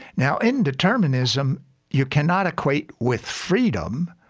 now, indeterminism you cannot equate with freedom,